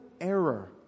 error